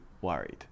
worried